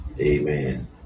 Amen